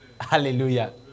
Hallelujah